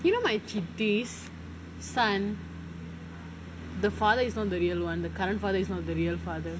you know my chithi son the father is not the real [one] the current father is not the real father